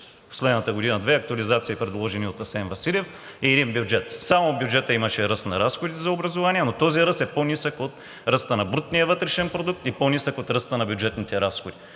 последната година, предложени от Асен Василев, и един бюджет. Само в бюджета имаше ръст на разходите за образование, но този ръст е по-нисък от ръста на брутния вътрешен продукт и по-нисък от ръста на бюджетните разходи.